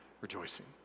rejoicing